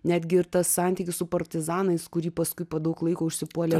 net gi ir tas santykius su partizanais kurį paskui po daug laiko užsipuolė